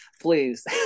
please